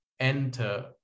enter